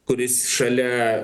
kuris šalia